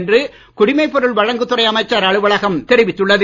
என்று குடிமைப் பொருள் வழங்குதுறை அமைச்சர் அலுவலகம் தெரிவித்துள்ளது